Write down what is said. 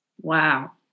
Wow